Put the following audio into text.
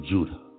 Judah